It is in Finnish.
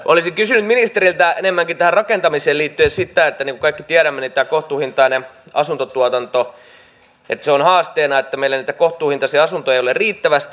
olisin kysynyt ministeriltä enemmänkin tähän rakentamiseen liittyen sitä että niin kuin kaikki tiedämme se on haasteena että meillä niitä kohtuuhintaisia asuntoja ei ole riittävästi